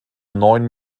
neun